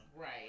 Right